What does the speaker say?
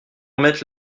remettre